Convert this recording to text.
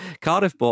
Cardiff